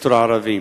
בסקטור הערבי.